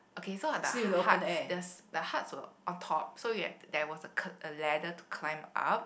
okay so the huts just the huts were on top so you have there was c~ a ladder to climb up